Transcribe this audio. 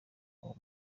uwo